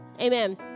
Amen